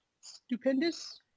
stupendous